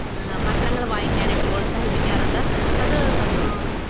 പത്രങ്ങൾ വായിക്കാനായിട്ട് പ്രോത്സാഹിപ്പിക്കാറുണ്ട് അത്